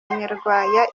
nyarwaya